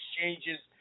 exchanges